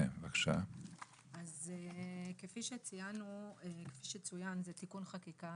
כפי שצוין תיקון החקיקה